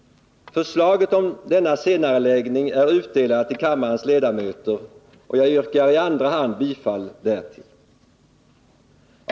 Förslaget om denna senareläggning lyder: Förslaget är utdelat till kammarens ledamöter, och jag yrkar i andra hand bifall därtill.